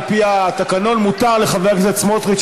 על-פי התקנון מותר לחבר כנסת סמוטריץ.